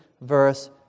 verse